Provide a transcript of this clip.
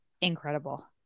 incredible